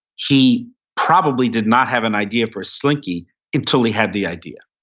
he probably did not have an idea for slinky until he had the idea,